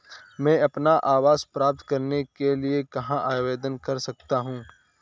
मैं अपना आवास प्राप्त करने के लिए कहाँ आवेदन कर सकता हूँ?